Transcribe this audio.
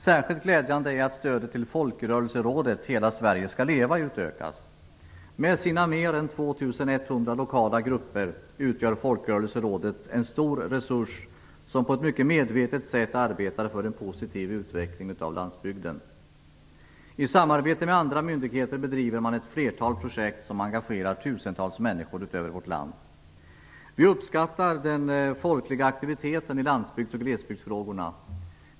Särskilt glädjande är att stödet till Med sina mer än 2 100 lokala grupper utgör Folkrörelserådet en stor resurs som på ett mycket medvetet sätt verkar för en positiv utveckling av landsbygden. I samarbete med olika myndigheter bedriver man ett flertal projekt som engagerat tusentals människor i vårt land. Vi uppskattar den folkliga aktiviteten i glesbygdsoch landsbygdsfrågorna.